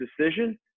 decision